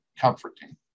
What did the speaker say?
comforting